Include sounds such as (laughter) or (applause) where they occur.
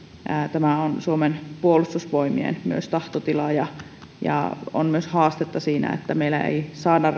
tämä on myös suomen puolustusvoimien tahtotila mutta on haastetta siinä että saadaan riittävästi lähtijöitä meillä ei saada (unintelligible)